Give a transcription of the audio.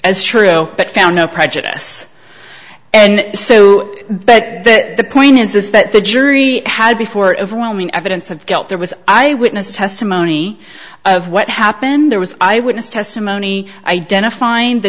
as true but found no prejudice and so but the point is that the jury had before overwhelming evidence of guilt there was i witness testimony of what happened there was i wouldn't testimony identifying the